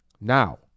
Now